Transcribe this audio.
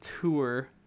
tour